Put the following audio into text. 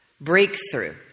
Breakthrough